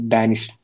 Danish